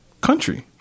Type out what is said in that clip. country